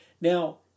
Now